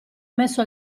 messo